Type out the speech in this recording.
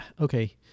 Okay